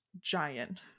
giant